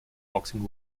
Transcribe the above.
boxing